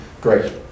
great